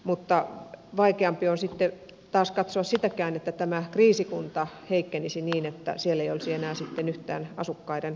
mutta vaikeampi on taas katsoa sitäkään että kriisikunta heikkenisi niin että siellä ei olisi enää yhtään asukkaiden mahdollista olla